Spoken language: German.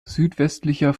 südwestlicher